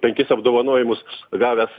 penkis apdovanojimus gavęs